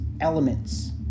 elements